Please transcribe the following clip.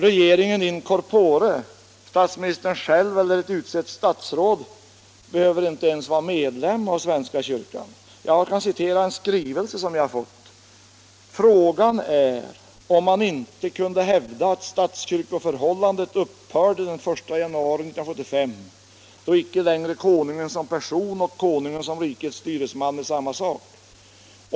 Regeringen in corpore, statsministern själv eller ett utsett statsråd behöver inte ens vara medlem i svenska kyrkan. Jag kan där citera ur en skrivelse som jag har fått. Där står: ”Frågan är om man inte kunde hävda att statskyrkoförhållandet upphörde den 1 jan. 1975, då icke längre Konungen som person och Konungen som rikets styresman är samma sak.